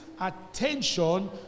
attention